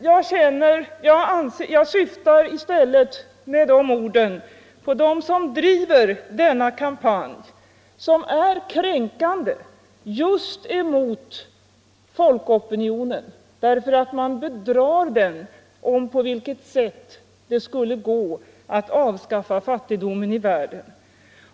Jag syftar i stället med de orden på dem som driver denna kampanj, som är kränkande just emot folkopinionen därför att man bedrar den i fråga om det sätt på vilket det skulle gå att avskaffa fattigdomen i världen.